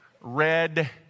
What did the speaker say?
Red